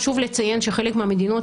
חשוב לציין שחלק מהמדינות,